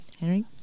Henry